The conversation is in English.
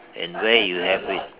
and where you have it